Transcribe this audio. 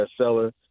bestseller